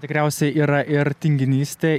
tikriausiai yra ir tinginystė